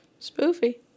Spoofy